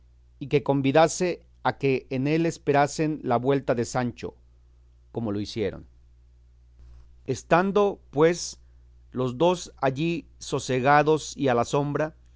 y que convidase a que en él esperasen la vuelta de sancho como lo hicieron estando pues los dos allí sosegados y a la sombra